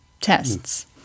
tests